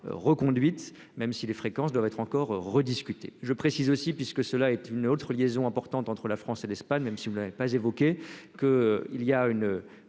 reconduite, même si les fréquences doivent être encore rediscuté je précise aussi, puisque cela est une autre liaison importante entre la France et l'Espagne, même si vous n'avez pas évoqué que il y a une